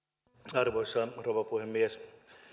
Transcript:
arvoisa rouva puhemies